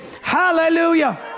Hallelujah